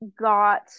got